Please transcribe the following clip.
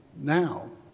now